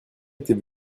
était